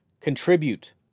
Contribute